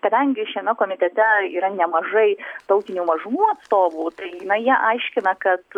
kadangi šiame komitete yra nemažai tautinių mažumų atstovų tai na jie aiškina kad